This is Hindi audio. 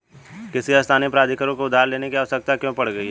किसी स्थानीय प्राधिकारी को उधार लेने की आवश्यकता क्यों पड़ गई?